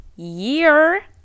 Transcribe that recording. year